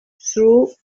through